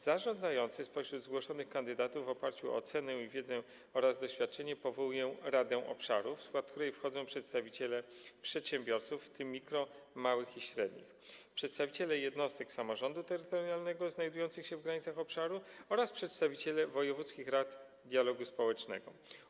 Zarządzający spośród zgłoszonych kandydatów, na podstawie oceny i wiedzy oraz doświadczenia, powołuje radę obszaru, w skład której wchodzą przedstawiciele przedsiębiorców, w tym mikro-, małych i średnich, przedstawiciele jednostek samorządu terytorialnego znajdujących się w granicach obszaru oraz przedstawiciele wojewódzkich rad dialogu społecznego.